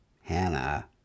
Hannah